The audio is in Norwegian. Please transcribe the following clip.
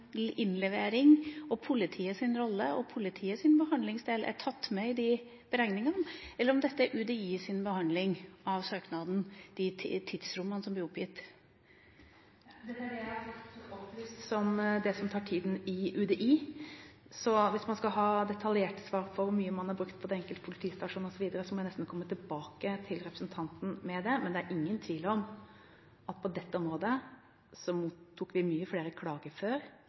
innlevering, politiets rolle og politiets behandlingsdel er tatt med i de beregningene, eller om de tidsrommene som blir oppgitt, er UDIs behandlingstid av søknaden. Dette er det jeg har fått opplyst som tiden det tar i UDI. Hvis man skal ha detaljerte svar på hvor mye man har brukt på den enkelte politistasjon osv., må jeg nesten komme tilbake til representanten med det. Det er ingen tvil om at vi på dette området mottok mange flere klager før